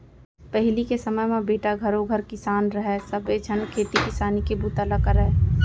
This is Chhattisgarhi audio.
पहिली के समे म बेटा घरों घर किसान रहय सबे झन खेती किसानी के बूता ल करयँ